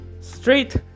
straight